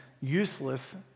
useless